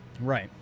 Right